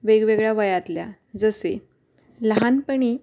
वेगवेगळ्या वयातल्या जसे लहानपणी